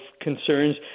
concerns